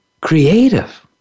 creative